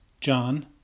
John